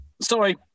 Sorry